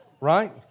right